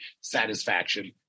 satisfaction